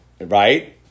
right